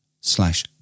slash